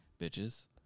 bitches